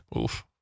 Oof